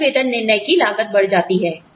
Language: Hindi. गलत वेतन निर्णय की लागत बढ़ जाती है